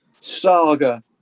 Saga